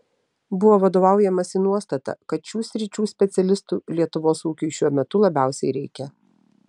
buvo vadovaujamasi nuostata kad šių sričių specialistų lietuvos ūkiui šiuo metu labiausiai reikia